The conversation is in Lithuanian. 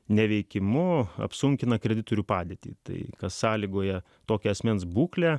neveikimu apsunkina kreditorių padėtį tai kas sąlygoja tokią asmens būklę